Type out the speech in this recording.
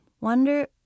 Wonder